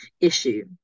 issue